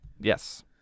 Yes